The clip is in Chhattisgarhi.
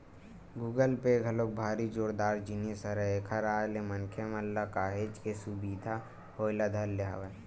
गुगल पे घलोक भारी जोरदार जिनिस हरय एखर आय ले मनखे मन ल काहेच के सुबिधा होय ल धरे हवय